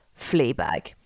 Fleabag